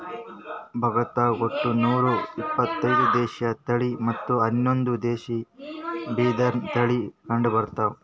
ಭಾರತ್ದಾಗ್ ಒಟ್ಟ ನೂರಾ ಇಪತ್ತೈದು ದೇಶಿ ತಳಿ ಮತ್ತ್ ಹನ್ನೊಂದು ವಿದೇಶಿ ಬಿದಿರಿನ್ ತಳಿ ಕಂಡಬರ್ತವ್